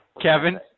Kevin